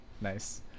Nice